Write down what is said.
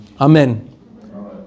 Amen